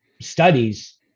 studies